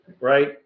right